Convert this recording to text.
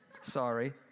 Sorry